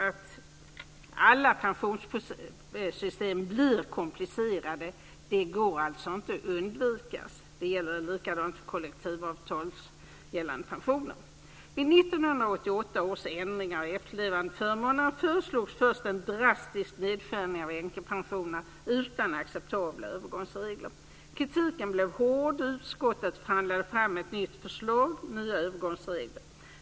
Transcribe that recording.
Att alla pensionssystem blir komplicerade är alltså något som inte kan undvikas. Detsamma gäller kollektivavtal som rör pensioner. Vid 1989 års ändringar av efterlevandeförmånerna föreslogs först en drastisk nedskärning av änkepensionen utan acceptabla övergångsregler. Kritiken blev hård och utskottet förhandlade fram ett nytt förslag med nya övergångsregler.